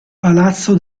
palazzo